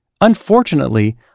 Unfortunately